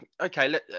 Okay